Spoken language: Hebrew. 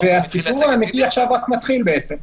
והסיפור האמיתי רק עכשיו מתחיל בעצם.